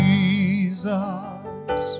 Jesus